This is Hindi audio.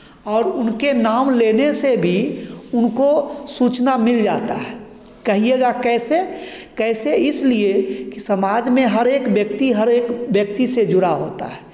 और उनके नाम लेने से भी उनको सूचना मिल जाता है कहिएगा कैसे कैसे इसलिए कि समाज में हरेक व्यक्ति हरेक व्यक्ति से जुड़ा होता है